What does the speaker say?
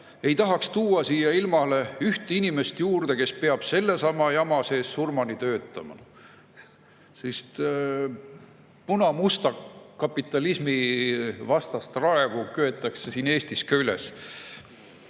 "Ei tahaks tuua siia ilmale ühte inimest juurde, kes peab sellesama jama sees surmani töötama."" Punamusta kapitalismi vastast raevu köetakse siin Eestis ka üles.